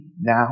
now